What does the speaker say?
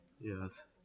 Yes